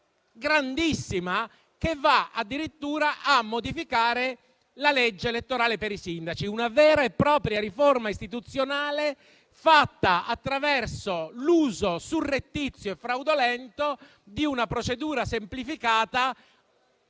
grandissima, che va addirittura a modificare la legge elettorale per i sindaci: una vera e propria riforma istituzionale fatta attraverso l'uso surrettizio e fraudolento di una procedura semplificata